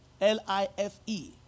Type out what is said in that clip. L-I-F-E